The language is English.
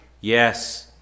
Yes